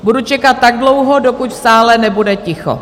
Budu čekat tak dlouho, dokud v sále nebude ticho...